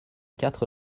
quatre